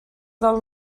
del